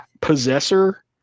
Possessor